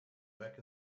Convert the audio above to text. back